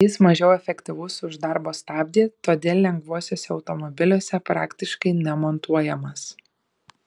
jis mažiau efektyvus už darbo stabdį todėl lengvuosiuose automobiliuose praktiškai nemontuojamas